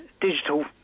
digital